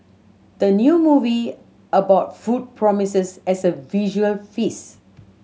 the new movie about food promises as a visual feast